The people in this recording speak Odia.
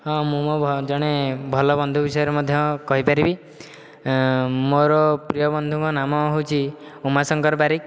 ହଁ ମୁଁ ମୋ ଜଣେ ଭଲ ବନ୍ଧୁ ବିଷୟରେ ମଧ୍ୟ କହିପାରିବି ମୋର ପ୍ରିୟ ବନ୍ଧୁଙ୍କ ନାମ ହେଉଛି ଉମା ଶଙ୍କର ବାରିକ